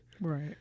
right